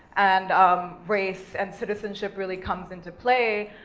and um race, and citizenship really comes into play,